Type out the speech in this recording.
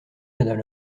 madame